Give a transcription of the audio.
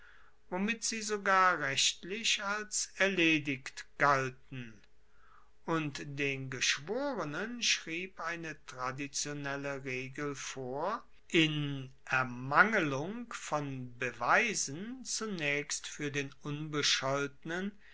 womit sie sogar rechtlich als erledigt galten und den geschworenen schrieb eine traditionelle regel vor in ermangelung von beweisen zunaechst fuer den unbescholtenen